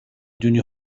دونی